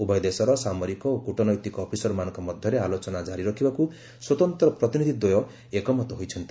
ଉଭୟ ଦେଶର ସାମରିକ ଓ କୂଟନୈତିକ ଅଫିସରମାନଙ୍କ ମଧ୍ୟରେ ଆଲୋଚନା କାରି ରହିବା ପାଇଁ ସ୍ୱତନ୍ତ୍ର ପ୍ରତିନିଧି ଦ୍ୱୟ ଏକମତ ହୋଇଛନ୍ତି